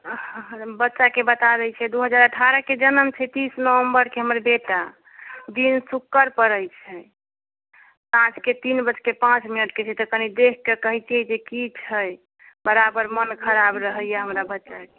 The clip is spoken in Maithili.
आहा हा बच्चाके बता दै छियै दू हजार अठारहके जनम छै तीस नवम्बरके हमर बेटा दिन शुक्र पड़ैत छै साँझके तीन बजके पाँच मिनट पर तनी देखिके कहितियै जे की छै बराबर मन खराब रहैया हमर बच्चाके